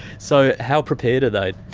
so how prepared are they?